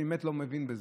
אני באמת לא מבין בזה.